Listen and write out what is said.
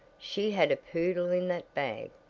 she had a poodle in that bag,